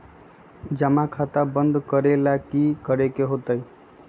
जमा खाता बंद करे ला की करे के होएत?